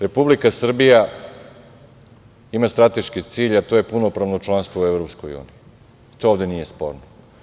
Republika Srbija ima strateški cilj, a to je punopravno članstvo u EU i to ovde nije sporno.